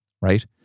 right